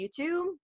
YouTube